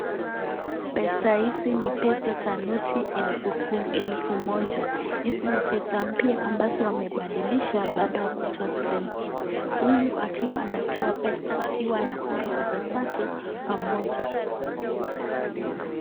Pesa hizi ni pesa za noti elfu kumi elfu mmoja, hizi ni pesa mpya ambazo wamebadilisha baada ya kotoa zile mzee huyu akiwa anatoa pesa akiwa anafunga pesa zake pamoja.